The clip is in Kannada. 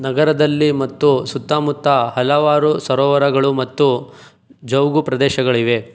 ನಗರದಲ್ಲಿ ಮತ್ತು ಸುತ್ತಮುತ್ತ ಹಲವಾರು ಸರೋವರಗಳು ಮತ್ತು ಜೌಗು ಪ್ರದೇಶಗಳಿವೆ